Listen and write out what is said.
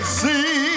see